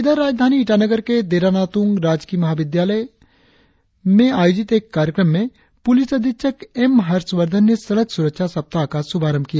इधर राजधानी ईटानगर के देरानातुंग राजकीय महाविद्यालय ईटानगर में आयोजित एक कार्यक्रम में पुलिस अधीक्षक एम हर्षवर्धन ने सड़क सुरक्षा सप्ताह का शुभारंभ किया